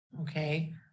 Okay